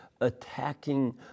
attacking